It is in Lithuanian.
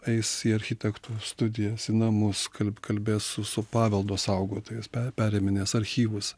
eis į architektų studijas namus kal kalbės su su paveldo saugotojais perėmimės archyvus